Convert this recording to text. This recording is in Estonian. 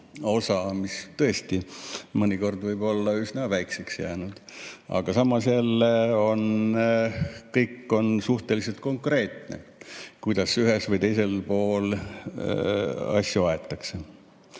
mis tõesti mõnikord võib olla üsna väikseks jäänud. Aga samas jälle kõik on suhteliselt konkreetne, kuidas ühel või teisel pool asju aetakse.